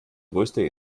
größte